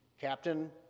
Captain